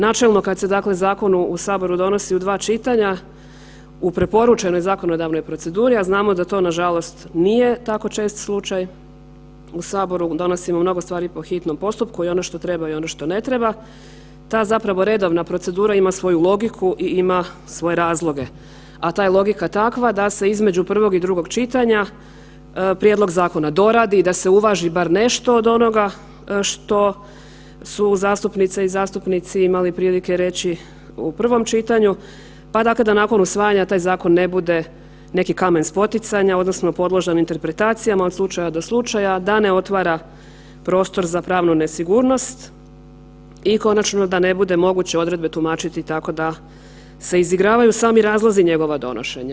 Načelno, kad se, dakle zakon u saboru donosi u dva čitanja, u preporučenoj zakonodavnoj proceduri, a znamo da to nažalost nije tako čest slučaj, u saboru donosimo mnogo stvari po hitnom postupku, i ono što treba i ono što ne treba, ta zapravo redovna procedura ima svoju logiku i ima svoje razloge, a ta je logika takva da se između prvog i drugog čitanja prijedlog zakona doradi i da se uvaži bar nešto od onoga što su zastupnice i zastupnici imali prilike reći u prvom čitanju, pa dakle da nakon usvajanja taj zakon ne bude neki kamen spoticanja odnosno podložen interpretacijama od slučaja do slučaja, da ne otvara prostor za pravnu nesigurnost i konačno da ne bude moguće odredbe tumačiti tako da se izigravaju sami razlozi njegova donošenja.